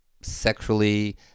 sexually